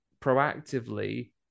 proactively